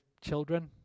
children